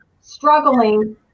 struggling